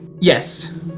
Yes